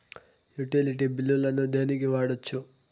Utility బిల్లులను దేనికి వాడొచ్చు?